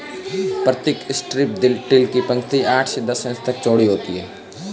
प्रतीक strip till की पंक्ति आठ से दस इंच तक चौड़ी होती है